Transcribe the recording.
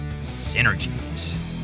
synergies